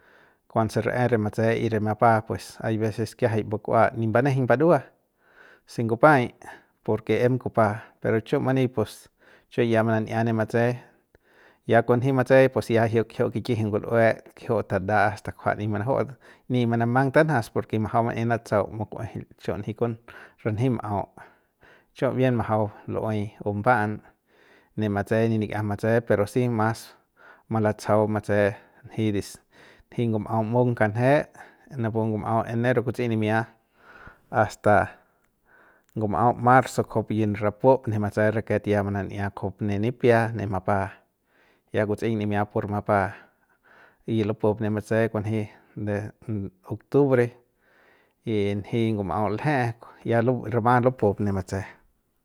Kuanse rꞌae re matse y re mapa pues hay veces kiajay pu kua nip mbanejeiñ mburua si ngupaiy porke em kupa pero chu many pues chu ya manan'ia ne matse ya kon nji matse ya jiuk kijiu'u kikiji ngul'ue kijiu tadaa asta kjua nip manaju'u nip manamang tanjas porke majau manaey manatsau muku'uejeil chu nji kunju ranji m'au chu bien majau lu'uey bumba'an ne matse nip likiajam matse pero si mas malatsajau matse nji dis nji ngum'au mu'ung kanje napu ngum'au enero kutseiñ asta ngum'au marzo kujupu yin rapu ne matse kujupu raket ya manan'ia ne nipia ne mapa ya kutsꞌeiñ nimia pur mapa y lupup ne matse kunji ne de octubre y nji ngum'au lje ya kuju ya rama lupup ne matse.